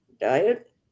Diet